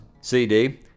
CD